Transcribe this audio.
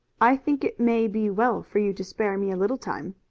i think it may be well for you to spare me a little time,